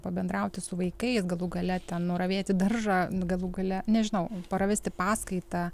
pabendrauti su vaikais galų gale ten nuravėti daržą galų gale nežinau pravesti paskaitą